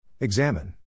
Examine